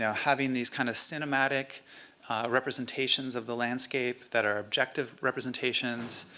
you know having these kind of cinematic representations of the landscape that are objective representations,